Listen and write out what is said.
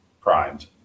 primed